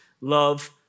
Love